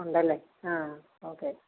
ഉണ്ടല്ലേ ആ ഓക്കെ